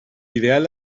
ideal